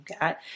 got